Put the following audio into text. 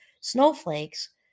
snowflakes